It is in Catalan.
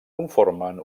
conformen